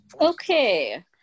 Okay